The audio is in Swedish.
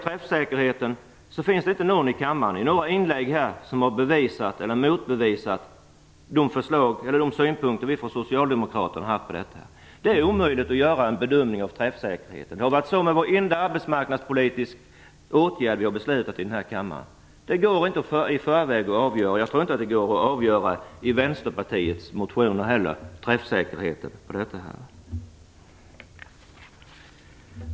Det finns inte någon i kammaren som i några inlägg har motbevisat de synpunkter vi socialdemokrater har haft i detta avseende. Det är omöjligt att göra en bedömning av träffsäkerheten. Så har det varit med varenda arbetsmarknadspolitisk åtgärd vi har beslutat om i denna kammare. Det går inte att avgöra i förväg. Jag tror inte att det går att avgöra träffsäkerheten i detta förslag i Vänsterpartiets motion heller.